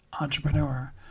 entrepreneur